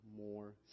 more